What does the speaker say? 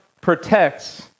protects